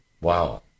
wow